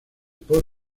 por